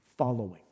following